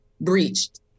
breached